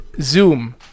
Zoom